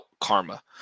karma